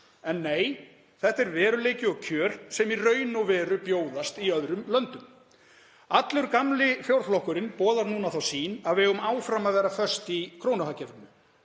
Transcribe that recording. En nei, þetta er veruleiki og kjör sem í raun og veru bjóðast í öðrum löndum. Allur gamli fjórflokkurinn boðar núna þá sýn að við eigum áfram að vera föst í krónuhagkerfinu.